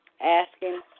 asking